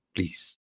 Please